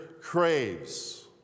craves